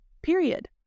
period